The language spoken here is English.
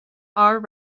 are